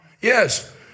yes